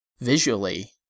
visually